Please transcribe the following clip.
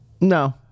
No